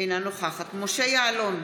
אינה נוכחת משה יעלון,